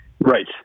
Right